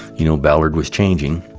you know, ballard was changing.